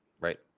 Right